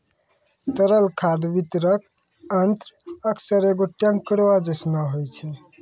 तरल खाद वितरक यंत्र अक्सर एगो टेंकरो जैसनो होय छै